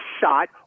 shot